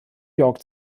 york